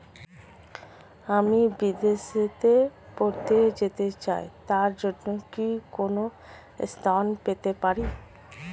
আমি বিদেশে পড়তে যেতে চাই তার জন্য কি কোন ঋণ পেতে পারি?